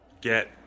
get